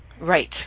Right